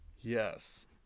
Yes